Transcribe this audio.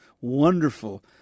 wonderful